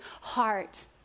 heart